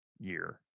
year